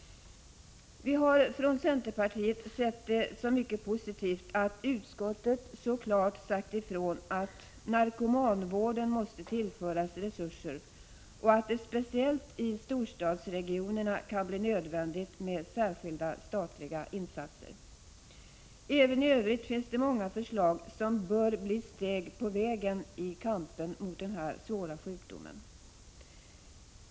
Vi har från centerpartiet sett det som mycket positivt att utskottet så klart sagt ifrån att narkomanvården måste tillföras resurser och att det speciellt i storstadsregionerna kan bli nödvändigt med särskilda statliga insatser. Även i övrigt finns det många förslag som bör bli steg på vägen i kampen mot den här svåra sjukdomen.